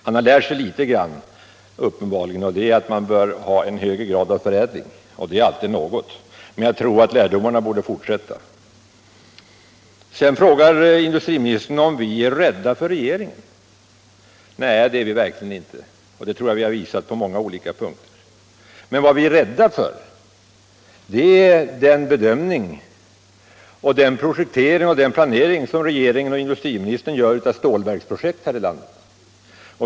Han har lärt sig litet grand, uppenbarligen, och det är att man bör ha en högre grad av förädling, och det är alltid något, men jag tror att lärdomarna borde fortsätta. Sedan frågar industriministern om vi är rädda för regeringen. Nej, det är vi verkligen inte, och det tror jag vi har visat på många olika punkter. Men vad vi är rädda för är den bedömning, den projektering och den planering som regeringen och industriministern gör i fråga om stålverk här i landet.